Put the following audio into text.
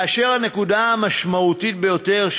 והנקודה המשמעותית ביותר,